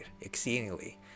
exceedingly